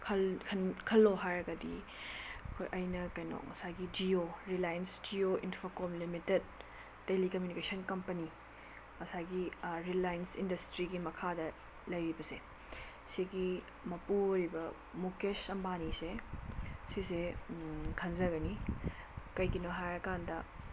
ꯈꯜꯂꯣ ꯍꯥꯏꯔꯒꯗꯤ ꯑꯩꯈꯣꯏ ꯑꯩꯅ ꯀꯩꯅꯣ ꯉꯁꯥꯏꯒꯤ Jio Reliance Jio Infocomm limited telecommunication company ꯉꯁꯥꯏꯒꯤ ꯔꯤꯂꯥꯟꯁ ꯏꯟꯗꯁꯇ꯭ꯔꯤꯒꯤ ꯃꯈꯥꯗ ꯂꯩꯔꯤꯕꯁꯦ ꯁꯤꯒꯤ ꯃꯄꯨ ꯑꯣꯏꯔꯤꯕ ꯃꯨꯀꯦꯁ ꯑꯝꯕꯥꯅꯤꯁꯦ ꯁꯤꯁꯦ ꯈꯟꯖꯒꯅꯤ ꯀꯩꯒꯤꯅꯣ ꯍꯥꯏꯔꯀꯥꯟꯗ